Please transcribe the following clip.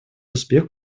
успех